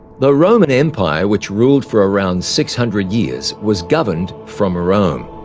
the roman empire which ruled for around six hundred years was governed from rome.